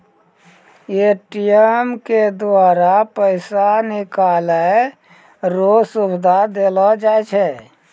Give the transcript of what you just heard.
ATM के द्वारा पैसा निकालै रो सुविधा देलो जाय छै